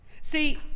see